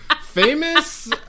famous